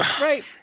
right